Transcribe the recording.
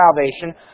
salvation